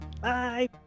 Bye